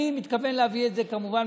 אני מתכוון להביא את זה כמובן,